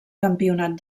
campionat